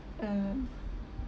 um